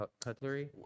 cutlery